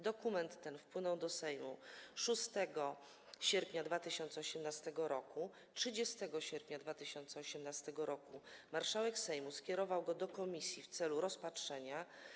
Dokument ten wpłynął do Sejmu 6 sierpnia 2018 r. 30 sierpnia 2018 r. marszałek Sejmu skierował go do komisji w celu rozpatrzenia.